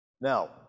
Now